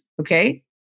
okay